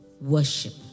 worship